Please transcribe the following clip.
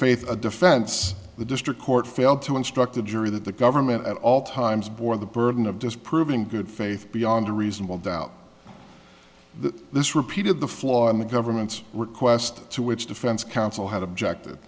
faith a defense the district court failed to instruct the jury that the government at all times bore the burden of disproving good faith beyond a reasonable doubt that this repeated the flaw in the government's request to which defense counsel had object